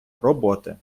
роботи